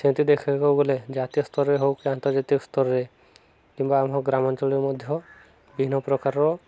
ସେମିତି ଦେଖିବାକୁ ଗଲେ ଜାତୀୟ ସ୍ତରରେ ହେଉ କି ଆନ୍ତର୍ଜାତୀୟ ସ୍ତରରେ କିମ୍ବା ଆମ ଗ୍ରାମାଞ୍ଚଳରେ ମଧ୍ୟ ବିଭିନ୍ନ ପ୍ରକାରର